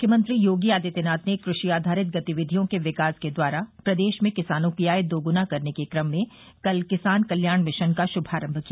मुख्यमंत्री योगी आदित्यनाथ ने कृषि आधारित गतिविधियों के विकास के द्वारा प्रदेश में किसानों की आय दोगुना करने के क्रम में कल किसान कल्याण मिशन का शुभारम्भ किया